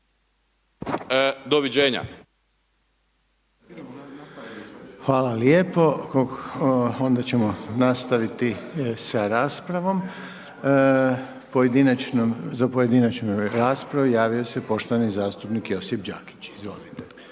(HDZ)** Hvala lijepo. Onda ćemo nastaviti sa raspravom, pojedinačnom, za pojedinačnu raspravu, javio se poštovani zastupnik Josip Đakić, izvolite.